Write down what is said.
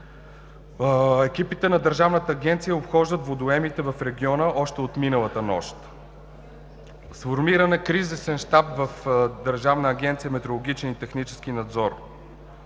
Екипите на Държавната агенция обхождат водоемите в региона още от миналата нощ. Сформиран е кризисен щаб в Държавна агенция „Метрологичен и технически надзор“.